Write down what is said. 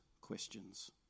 questions